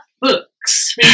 books